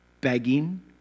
Begging